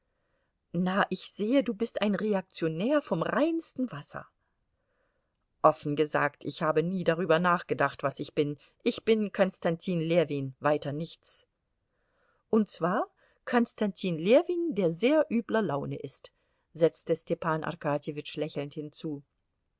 na ich sehe du bist ein reaktionär vom reinsten wasser offen gesagt ich habe nie darüber nachgedacht was ich bin ich bin konstantin ljewin weiter nichts und zwar konstantin ljewin der sehr übler laune ist setzte stepan arkadjewitsch lächelnd hinzu